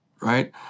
right